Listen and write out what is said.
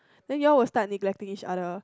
then you all will start to neglect each other